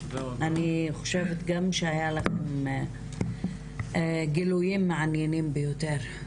אני חושבת גם היו לכם גילויים מעניינים ביותר.